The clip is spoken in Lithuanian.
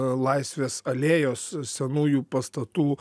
laisvės alėjos senųjų pastatų